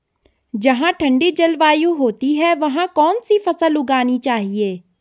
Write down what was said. जहाँ ठंडी जलवायु होती है वहाँ कौन सी फसल उगानी चाहिये?